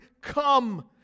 come